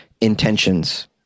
intentions